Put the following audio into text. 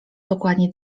dokładnie